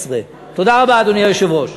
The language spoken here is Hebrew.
15. תודה רבה, אדוני היושב-ראש.